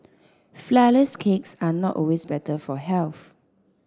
flourless cakes are not always better for health